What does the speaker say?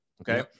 okay